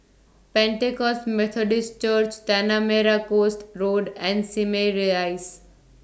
Pentecost Methodist Church Tanah Merah Coast Road and Simei Rise